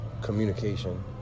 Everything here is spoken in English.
communication